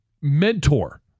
mentor